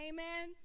Amen